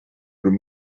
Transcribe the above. raibh